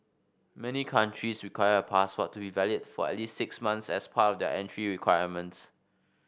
many countries require a passport to be valid for at least six months as part of their entry requirements